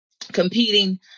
competing